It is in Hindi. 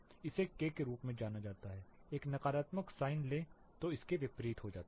इसे K के रूप में जाना जाता है एक नकारात्मक साइन लें तो इसके विपरीत हो जाता है